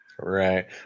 Right